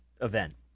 event